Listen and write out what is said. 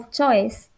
choice